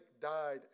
died